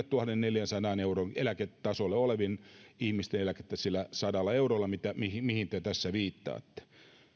tuhannenneljänsadan euron eläketasolla olevien ihmisten eläkettä sillä sadalla eurolla mihin te tässä viittaatte